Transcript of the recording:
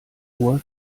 uhr